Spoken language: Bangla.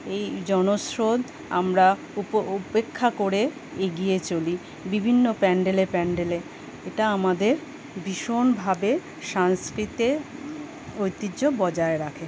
এই জনস্রোত আমরা উপেক্ষা করে এগিয়ে চলি বিভিন্ন প্যান্ডেলে প্যান্ডেলে এটা আমাদের ভীষণভাবে সাংস্কিতিক ঐতিহ্য বজায় রাখে